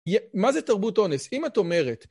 מה זה תרבות אונס? אם את אומרת...